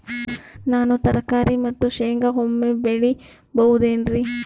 ನಾನು ತರಕಾರಿ ಮತ್ತು ಶೇಂಗಾ ಒಮ್ಮೆ ಬೆಳಿ ಬಹುದೆನರಿ?